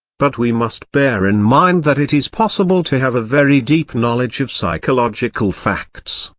but we must bear in mind that it is possible to have a very deep knowledge of psychological facts,